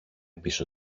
πίσω